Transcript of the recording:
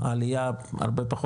עליה הרבה פחות